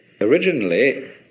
originally